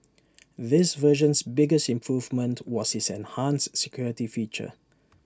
this version's biggest improvement was its enhanced security feature